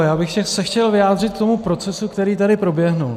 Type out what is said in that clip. Já bych se chtěl vyjádřit k tomu procesu, který tady proběhl.